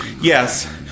Yes